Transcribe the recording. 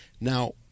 Now